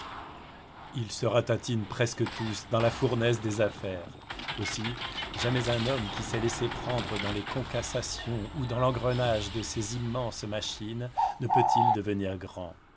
ils se ratatinent presque tous dans la fournaise des affaires aussi jamais un homme qui s'est laissé prendre dans les conquassations ou dans l'engrenage de ces immenses machines ne peut-il devenir grand